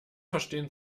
verstehen